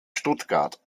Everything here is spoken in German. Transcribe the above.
stuttgart